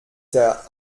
der